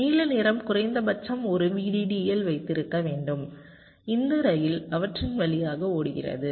நீல நிறம் குறைந்தபட்சம் ஒரு VDDL வைத்திருக்க வேண்டும் இந்த ரயில் அவற்றின் வழியாக ஓடுகிறது